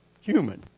Human